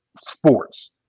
sports